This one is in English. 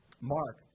Mark